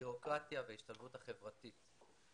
הבירוקרטיה וההשתלבות החברתית.